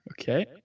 okay